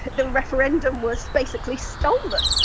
the referendum, was basically stolen.